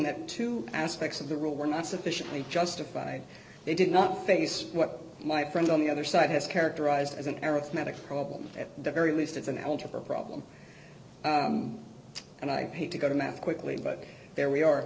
that two aspects of the rule were not sufficiently justified they did not face what my friend on the other side has characterized as an arithmetic problem at the very least it's an algebra problem and i hate to go to math quickly but there we are